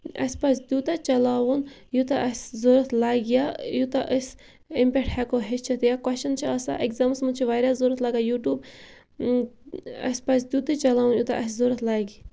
اَسہِ پَزِ تیوٗتاہ چَلاوُن یوٗتاہ اَسہِ ضوٚرَتھ لَگہِ یا یوٗتاہ أسۍ اَمہِ پٮ۪ٹھ ہٮ۪کو ہیٚچھِتھ یا کۄسچَن چھُ آسان ایٚکزامَس مَنٛز چھِ واریاہ ضوٚرَتھ لَگان یوٗٹوٗب اَسہِ پَزِ تِتُے چَلاوُن یوٗتاہ اَسہِ ضوٚرَتھ لَگہِ